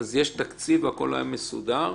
יש תקציב והכל היה מסודר.